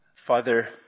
Father